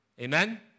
Amen